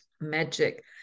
magic